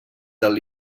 del